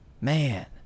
Man